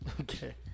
Okay